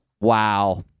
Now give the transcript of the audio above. Wow